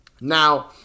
Now